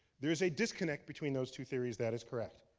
there is a disconnect between those two theories, that is correct.